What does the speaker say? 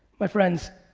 my friends,